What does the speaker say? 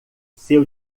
seu